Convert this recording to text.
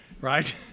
right